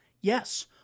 Yes